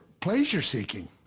pleasure-seeking